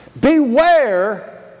Beware